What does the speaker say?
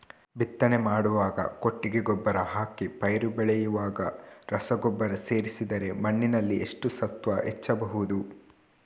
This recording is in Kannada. ಬಿತ್ತನೆ ಮಾಡುವಾಗ ಕೊಟ್ಟಿಗೆ ಗೊಬ್ಬರ ಹಾಕಿ ಪೈರು ಬೆಳೆಯುವಾಗ ರಸಗೊಬ್ಬರ ಸೇರಿಸಿದರೆ ಮಣ್ಣಿನಲ್ಲಿ ಎಷ್ಟು ಸತ್ವ ಹೆಚ್ಚಬಹುದು?